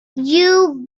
you